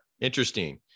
Interesting